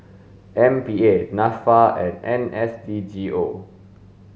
M P A NAFA and N S D G O